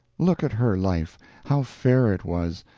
look at her life how fair it was,